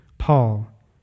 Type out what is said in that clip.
paul